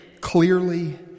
clearly